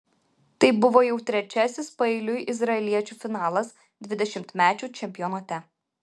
tai buvo jau trečiasis paeiliui izraeliečių finalas dvidešimtmečių čempionate